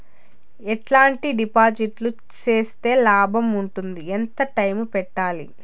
ఎట్లాంటి డిపాజిట్లు సేస్తే లాభం ఉంటుంది? ఎంత టైము పెట్టాలి?